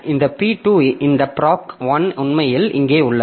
இந்த P2 இந்த Proc1 உண்மையில் இங்கே உள்ளது